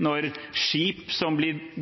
når skip som blir